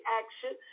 action